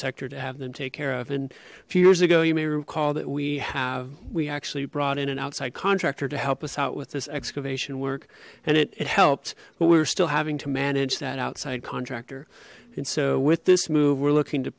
sector to have them take care of and a few years ago you may recall that we have we actually brought in an outside contractor to help us out with this excavation work and it helped but we were still having to manage that outside contractor and so with this move we're looking to